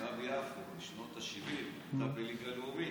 מכבי יפו, בשנות השבעים, הייתה בליגה לאומית.